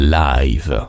live